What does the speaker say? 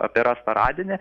apie rastą radinį